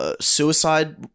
Suicide